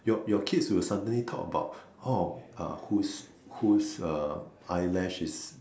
your your kids will suddenly talk about oh who's who's uh eyelash is